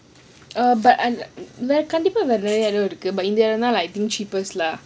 err but கண்டிப்பா நெறய இடம் இருக்கு இது:kandippa neraya edam irukku ithu like I think cheapest lah